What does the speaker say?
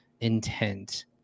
intent